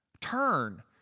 turn